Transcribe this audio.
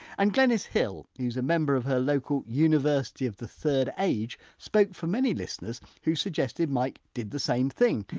and glenys hill, who's a member of her local university of the third age spoke for many listeners who suggested mike did the same thing.